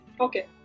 Okay